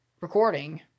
recording